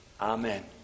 Amen